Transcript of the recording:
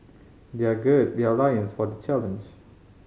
their gird their loins for the challenge